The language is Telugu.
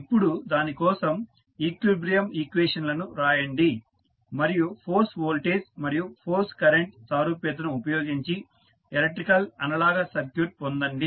ఇప్పుడు దాని కోసం ఈక్విలిబ్రియం ఈక్వేషన్స్ లను వ్రాయండి మరియు ఫోర్స్ వోల్టేజ్ మరియు ఫోర్స్ కరెంట్ సారూప్యతను ఉపయోగించి ఎలక్ట్రికల్ అనలాగస్ సర్క్యూట్ పొందండి